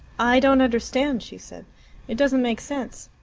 i don't understand, she said it doesn't make sense.